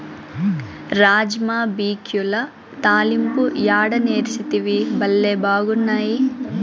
రాజ్మా బిక్యుల తాలింపు యాడ నేర్సితివి, బళ్లే బాగున్నాయి